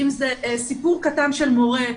אם זה סיפור קטן של מורה,